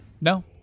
No